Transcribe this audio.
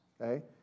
okay